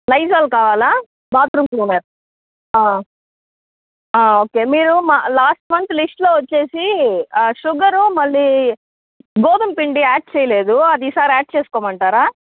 Lysol కావాలా bathroom cleaner okay మీరు last month లిస్టులో వచ్చేసి షుగరు మళ్ళీ గోధుమపిండి యాడ్ చేయలేదు అది ఈసారి యాడ్ చేసుకోమంటారా